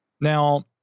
Now